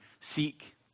seek